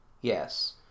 Yes